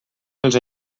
dels